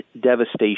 devastation